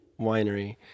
Winery